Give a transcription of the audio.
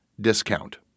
discount